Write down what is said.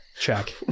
check